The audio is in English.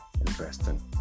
investing